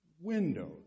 windows